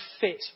fit